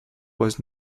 was